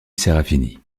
serafini